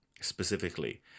specifically